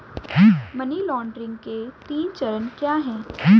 Money laundering के तीन चरण क्या हैं?